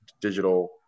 digital